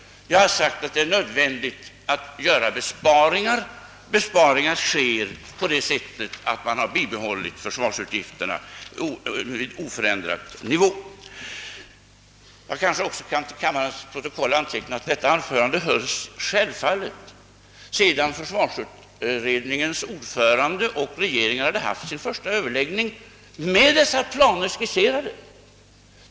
Jag har sagt att det är nödvändigt att göra besparingar; besparingar sker på det sättet att man bibehållit försvarsutgifterna på en oförändrad nivå. Jag kanske också till kammarens protokoll får anteckna att detta anförande hölls först sedan försvarsutredningens ordförande och regeringen haft sin första överläggning efter det att dessa planer skisserats.